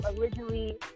originally